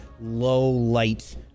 low-light